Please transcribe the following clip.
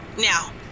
now